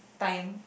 time